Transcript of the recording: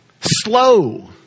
slow